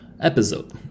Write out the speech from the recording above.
episode